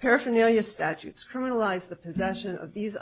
paraphernalia statutes criminalize the possession of these